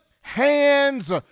hands